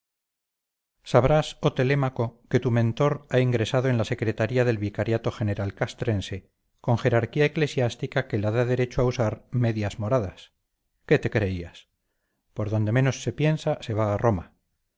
oh telémaco que tu mentor ha ingresado en la secretaría del vicariato general castrense con jerarquía eclesiástica que le da derecho a usar medias moradas qué te creías por donde menos se piensa se va a roma